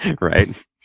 Right